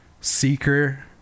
seeker